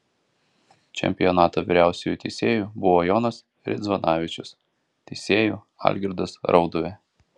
čempionato vyriausiuoju teisėju buvo jonas ridzvanavičius teisėju algirdas rauduvė